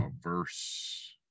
verse